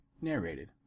narrated